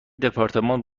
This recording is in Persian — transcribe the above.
دپارتمان